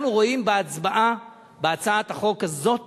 אנחנו רואים בהצבעה על הצעת החוק הזאת